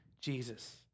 Jesus